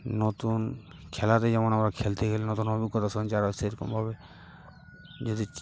নতুন খেলাতে যেমন আমরা খেলতে গেলে নতুন অভিজ্ঞতার সঞ্চার হয় সেরকমভাবে যদি